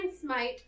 Smite